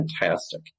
fantastic